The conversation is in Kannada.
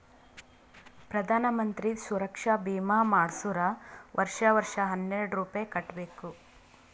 ಪ್ರಧಾನ್ ಮಂತ್ರಿ ಸುರಕ್ಷಾ ಭೀಮಾ ಮಾಡ್ಸುರ್ ವರ್ಷಾ ವರ್ಷಾ ಹನ್ನೆರೆಡ್ ರೂಪೆ ಕಟ್ಬಬೇಕ್